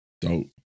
Dope